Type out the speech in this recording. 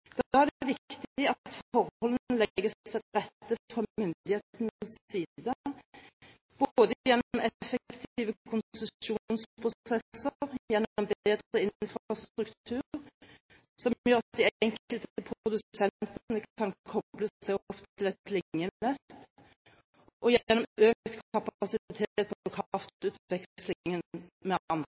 Da er det viktig at forholdene legges til rette fra myndighetenes side både gjennom effektive konsesjonsprosesser, gjennom bedre infrastruktur som gjør at de enkelte produsentene kan koble seg opp til et linjenett, og gjennom økt kapasitet på kraftutvekslingen med